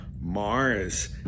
Mars